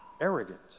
arrogant